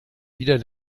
wieder